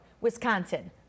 Wisconsin